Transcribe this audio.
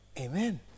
Amen